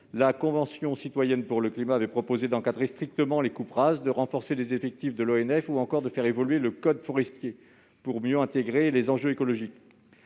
La Convention citoyenne pour le climat a proposé d'encadrer strictement les coupes rases, de renforcer les effectifs de l'Office national des forêts (ONF) ou encore de faire évoluer le code forestier pour mieux intégrer les enjeux écologiques.